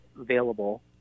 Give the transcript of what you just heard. available